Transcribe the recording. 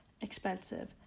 expensive